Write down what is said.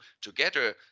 together